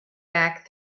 back